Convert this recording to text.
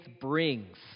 brings